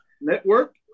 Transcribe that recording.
Network